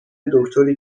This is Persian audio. دکتری